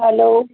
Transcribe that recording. hello